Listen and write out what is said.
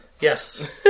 Yes